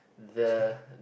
the